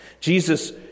Jesus